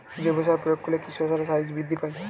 জৈব সার প্রয়োগ করলে কি শশার সাইজ বৃদ্ধি পায়?